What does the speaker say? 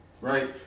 Right